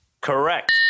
Correct